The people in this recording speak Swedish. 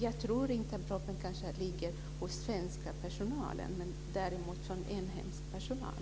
Jag tror inte att proppen ligger hos den svenska personalen, däremot hos inhemsk personal.